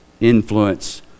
influence